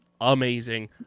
amazing